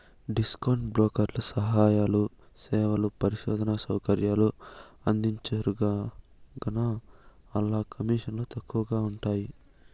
discount బ్రోకర్లు సలహాలు, సేవలు, పరిశోధనా సౌకర్యాలు అందించరుగాన, ఆల్ల కమీసన్లు తక్కవగా ఉంటయ్యి